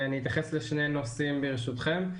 אתייחס לשני נושאים ברשותכם.